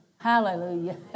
hallelujah